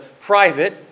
private